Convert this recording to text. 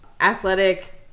athletic